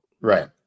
Right